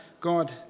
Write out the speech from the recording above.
God